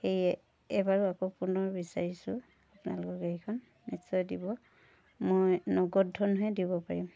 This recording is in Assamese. সেয়ে এইবাৰ আকৌ পুনৰ বিচাৰিছো আপোনালোকে এইখন নিশ্চয় দিব মই নগদ ধনহে দিব পাৰিম